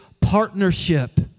partnership